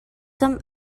some